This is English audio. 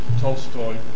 Tolstoy